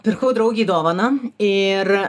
pirkau draugei dovaną ir